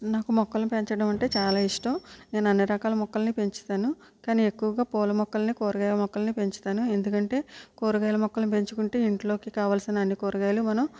నాకు మొక్కలు పెంచడం అంటే చాలా ఇష్టం నేను అన్ని రకాల మొక్కల్ని పెంచుతాను కానీ ఎక్కువగా పూల మొక్కలని కూరగాయ మొక్కలని పెంచుతాను ఎందుకంటే కూరగాయల మొక్కలు పెంచుకుంటే ఇంట్లోకి కావాల్సిన అన్ని కూరగాయలు మనం